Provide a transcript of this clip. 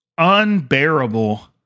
Unbearable